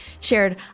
shared